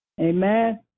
Amen